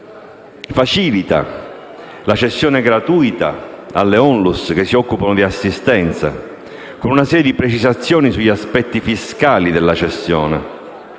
facilitano la cessione gratuita alle ONLUS che si occupano di assistenza, con una serie di precisazioni sugli aspetti fiscali della cessione.